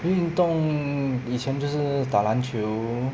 运动以前就是打篮球